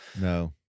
No